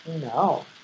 no